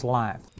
life